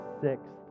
sixth